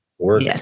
work